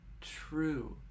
True